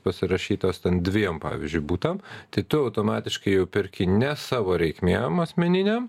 pasirašytos ten dviem pavyzdžiui butam tai tu automatiškai jau perki ne savo reikmėm asmeninėm